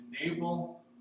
enable